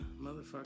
motherfucker